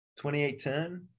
28-10